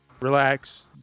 relax